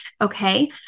Okay